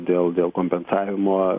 dėl dėl kompensavimo